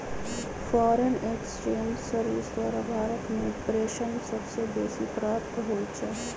foreign exchange service द्वारा भारत में प्रेषण सबसे बेसी प्राप्त होई छै